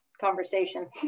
conversation